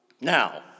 Now